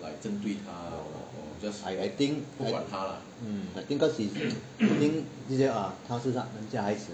I I think I mm I think cause he think this way lah 她是人家孩子